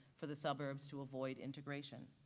for the suburbs to avoid integration.